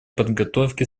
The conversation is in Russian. подготовки